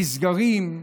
נסגרים,